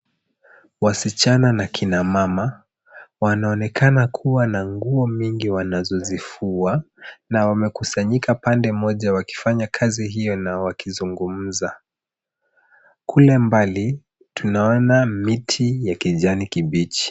Wasichana na kina mama wanaonekana kuwa na nguo mingi wanazozifua na wamekusanyika pande moja wakifanya kazi hiyo na wakizungumza. Kule mbali, tunaona miti ya kijani kibichi.